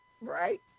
right